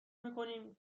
میکنیم